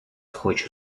хочу